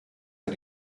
the